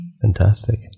Fantastic